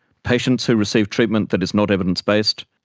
patients who receive treatment that is not evidence-based,